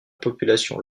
population